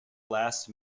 last